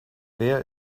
wer